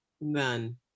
None